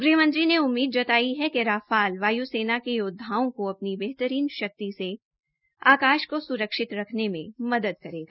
गृह मंत्री ने उम्मीद जताई है कि राफाल वायु सेना के यौद्दाओं को अपनी बेहतरीनी शक्ति से आकाश को सुरक्षित रखने में मदद करेगा